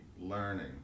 learning